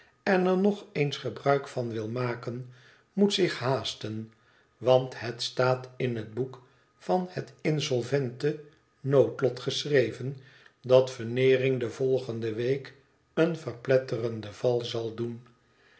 en er nog eens gebruik van wil maken moet zich haasten want het staat in het boek van het insolvente noodlot geschreven dat veneering de volgende week een verpletterenden val zal doen